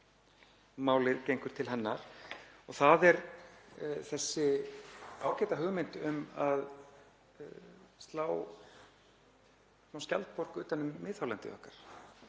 málið gengur til hennar og það er þessi ágæta hugmynd um að slá skjaldborg utan um miðhálendið okkar,